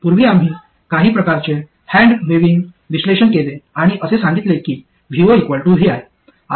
पूर्वी आम्ही काही प्रकारचे हॅन्ड वेव्हिंग विश्लेषण केले आणि असे सांगितले की vo vi